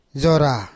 zora